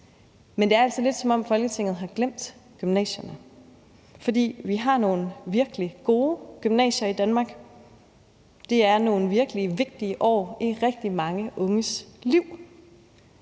men det er altså lidt, som om Folketinget har glemt gymnasierne. For vi har nogle virkelig gode gymnasier i Danmark, det er nogle virkelig vigtige år i rigtig mange unges liv,